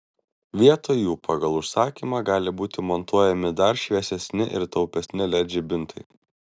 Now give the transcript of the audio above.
vietoj jų pagal užsakymą gali būti montuojami dar šviesesni ir taupesni led žibintai